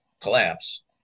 collapse